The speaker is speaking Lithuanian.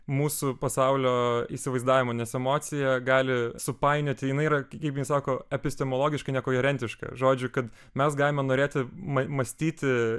mūsų pasaulio įsivaizdavimą nes emocija gali supainioti jinai yra kaip jinai sako epistemologiškai nekoherentiška žodžiu kad mes galime norėti ma mąstyti